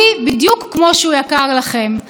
ואני חושבת שעל זה אנחנו מסכימים.